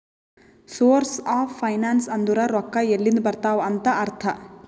source of finance ಅಂದುರ್ ರೊಕ್ಕಾ ಎಲ್ಲಿಂದ್ ಬರ್ತಾವ್ ಅಂತ್ ಅರ್ಥ